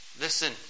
Listen